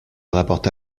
rapporta